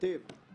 בדיונים הקודמים,